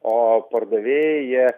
o pardavėjai jie